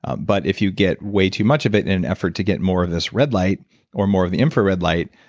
um but if you get way too much of it in an effort to get more of this red light or more of the infrared light,